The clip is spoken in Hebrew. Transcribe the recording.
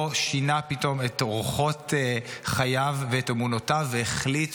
לא שינה פתאום את אורחות חייו ואת אמונותיו והחליט